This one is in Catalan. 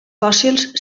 fòssils